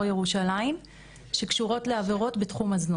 ירושלים שקשורות לעבירות בתחום הזנות.